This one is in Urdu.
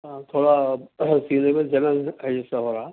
تھوڑا سینے میں جلن عجیب سا ہو رہا